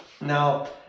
Now